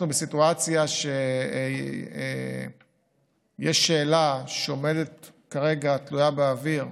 אנחנו בסיטואציה שיש שאלה שעומדת כרגע תלויה באוויר,